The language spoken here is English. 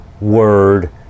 word